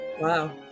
wow